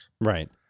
Right